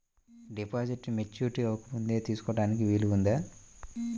డిపాజిట్ను మెచ్యూరిటీ అవ్వకముందే తీసుకోటానికి వీలుందా?